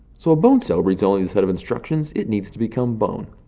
so a bone cell reads only the set of instructions it needs to become bone.